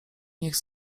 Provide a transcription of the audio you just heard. niech